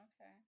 okay